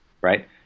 right